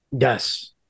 Yes